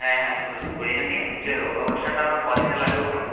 হ্যাঁ হ্যাঁ photo shoot করি আমি হচ্ছে অনুষ্ঠানটা আপনার কদিনের লাগবে বলুন